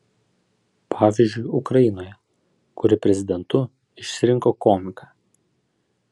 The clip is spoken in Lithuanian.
pavyzdžiui ukrainoje kuri prezidentu išsirinko komiką